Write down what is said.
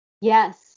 Yes